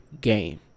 game